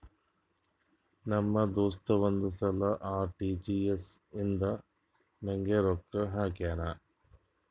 ನಮ್ ದೋಸ್ತ ಒಂದ್ ಸಲಾ ಆರ್.ಟಿ.ಜಿ.ಎಸ್ ಇಂದ ನಂಗ್ ರೊಕ್ಕಾ ಹಾಕ್ಯಾನ್